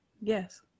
Yes